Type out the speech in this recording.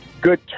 good